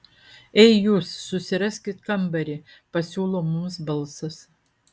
ei jūs susiraskit kambarį pasiūlo mums balsas